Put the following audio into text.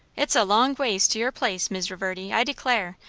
it's a long ways to your place, mis' reverdy i declare,